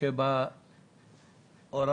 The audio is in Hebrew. מחקר מקיף,